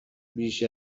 بیش